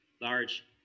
large